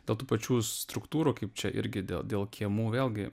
dėl tų pačių struktūrų kaip čia irgi dėl dėl kiemų vėlgi